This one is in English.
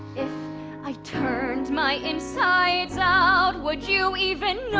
if i turned my insides out would you even